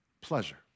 pleasure